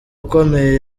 ukomeye